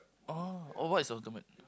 oh oh what is Ultimate